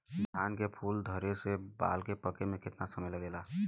धान के फूल धरे से बाल पाके में कितना समय लागेला?